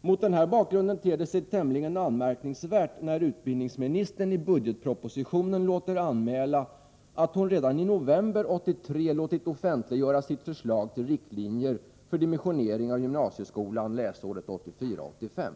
Mot den här bakgrunden ter det sig tämligen anmärkningsvärt när utbildningsministern i budgetpropositionen låter anmäla att hon redan i november 1983 låtit offentliggöra sitt förslag till riktlinjer för dimensioneringen av gymnasieskolan läsåret 1984/85.